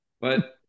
But-